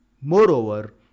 Moreover